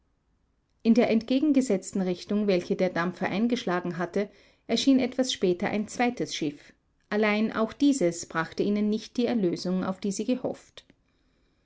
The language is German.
in der entgegengesetzten richtung welche der dampfer eingeschlagen hatte erschien etwas später ein zweites schiff allein auch dieses brachte ihnen nicht die erlösung auf die sie gehofft